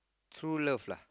true love lah